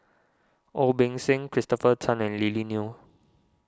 Ong Beng Seng Christopher Tan and Lily Neo